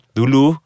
dulu